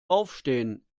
aufstehen